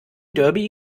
derby